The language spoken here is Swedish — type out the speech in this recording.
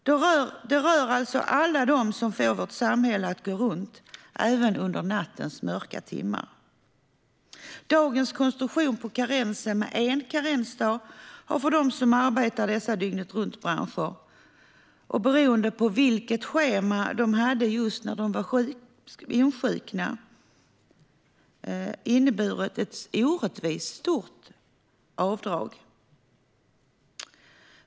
Det rör alltså alla dem som får vårt samhälle att gå runt, även under nattens mörka timmar. Dagens konstruktion med en karensdag har för dem som arbetar i dessa dygnetruntbranscher inneburit ett orättvist stort avdrag, beroende på vilket schema de haft när de insjuknat.